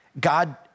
God